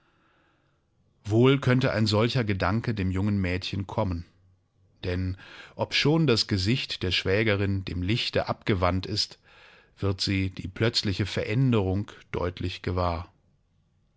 wohl könnte ein solcher gedanke dem jungen mädchen kommen denn obschon das gesicht der schwägerin dem lichte abgewandt ist wird sie die plötzliche veränderung deutlich gewahr